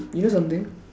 you know something